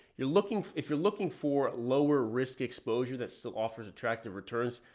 you're looking if you're looking for lower risk exposure that still offers attractive returns,